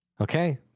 Okay